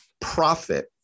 profit